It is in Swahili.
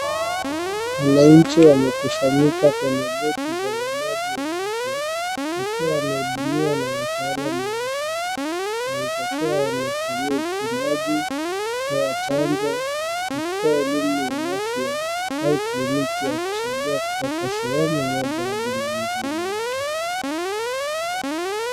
Wananchi wamekusanyika kwenye boti za uamaji wa afya wakiwa wanahudumiwa na wataalamu wa afya. Inaweza kuwa wamefanyiwa ukumbaji wa chanjo, kupata elimu ya afya au kliniki ya kusonga kutoka sehemu moja hadi nyingine.